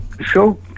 show